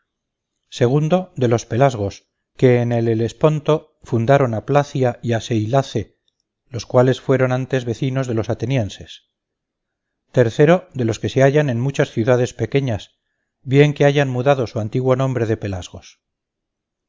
de los pelasgos que en el helesponto fundaron a placia y a seylace los cuales fueron antes vecinos de los atenienses tercero de los que se hallan en muchas ciudades pequeñas bien que hayan mudado su antiguo nombre de pelasgos